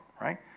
Right